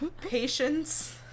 Patience